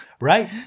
right